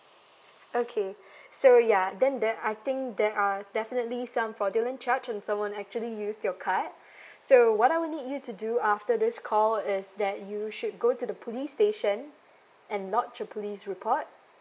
okay so ya then that I think there are definitely some fraudulent charge and someone actually used your card so what I will need you to do after this call is that you should go to the police station and lodge a police report